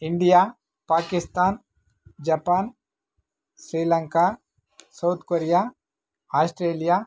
India Pakistan Japan Sri Lanka South Korea Australia